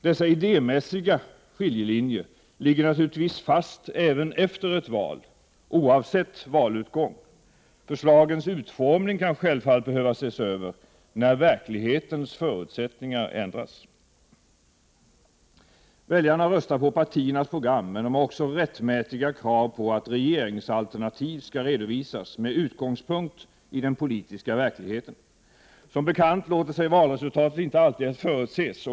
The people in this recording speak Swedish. Dessa idémässiga skiljelinjer ligger naturligtvis fast även efter ett val, oavsett valutgång. Förslagens utformning kan självfallet behöva ses över när verklighetens förutsättningar ändras. Väljarna röstar på partiernas program, men de har också rättmätiga krav på att regeringsalternativ skall redovisas med utgångspunkt i den politiska verkligheten. Som bekant låter sig valresultat inte alltid förutses.